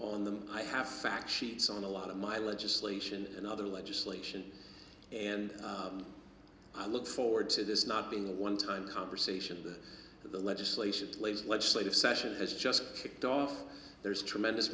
them i have fact sheets on a lot of my legislation and other legislation and i look forward ready to this not being a one time conversation that the legislation leaves legislative session has just kicked off there's tremendous